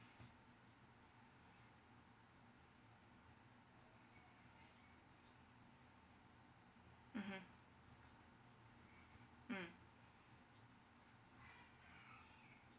mmhmm mm